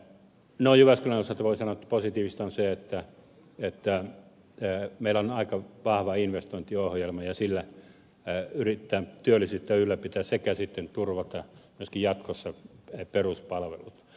no jyväskylän osalta voi sanoa että positiivista on se että meillä on aika vahva investointiohjelma ja sillä yritetään työllisyyttä ylläpitää sekä sitten turvata myöskin jatkossa peruspalvelut